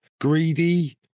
greedy